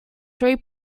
three